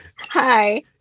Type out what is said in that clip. Hi